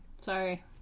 Sorry